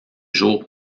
jours